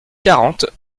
quarante